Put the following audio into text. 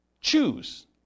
choose